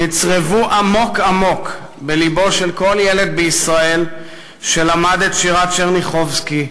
נצרבו עמוק עמוק בלבו של כל ילד בישראל שלמד את שירת טשרניחובסקי,